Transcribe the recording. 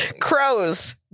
Crows